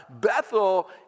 Bethel